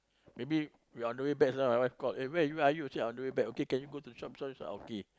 maybe we are on the way back so my wife called eh where are you where are you I said I on the way back okay can you go to shop shop this one okay